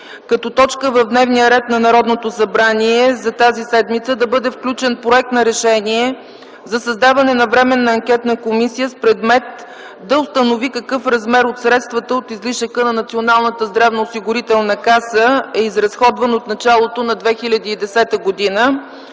като точка в дневния ред на Народното събрание за тази седмица да бъде включен проект за Решение за създаване на Временна анкетна комисия с предмет да установи какъв размер от средствата от излишъка на Националната здравноосигурителна каса е изразходван от началото на 2010 г.,